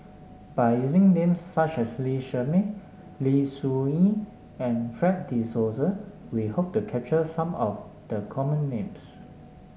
by using names such as Lee Shermay Lim Soo Ngee and Fred De Souza we hope to capture some of the common names